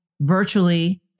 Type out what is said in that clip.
virtually